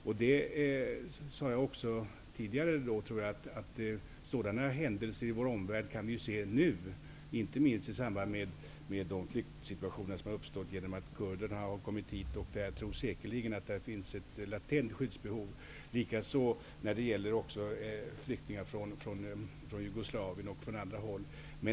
Jag sade tidigare att vi nu kan se sådana händel ser i vår omvärld, inte minst när det gäller den flyktsituation som har uppstått på grund av att kurder har kommit hit. Jag tror säkert att det finns ett latent skyddsbehov. Detta gäller också flyktingar från f.d. Jugoslavien och från andra håll.